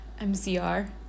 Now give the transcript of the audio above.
MCR